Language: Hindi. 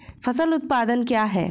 फसल उत्पादन क्या है?